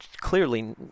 clearly